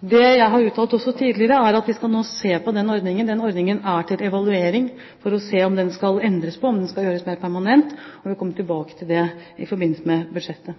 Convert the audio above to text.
Det jeg har uttalt tidligere, er at vi skal se på denne ordningen. Den er til evaluering, og vi skal se på om den skal endres, om den skal gjøres mer permanent. Jeg vil komme tilbake til det i forbindelse med budsjettet.